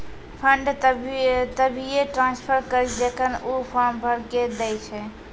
fund तभिये transfer करऽ जेखन ऊ फॉर्म भरऽ के दै छै